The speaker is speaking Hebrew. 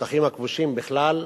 בשטחים הכבושים בכלל,